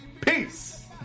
peace